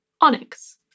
Onyx